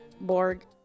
borg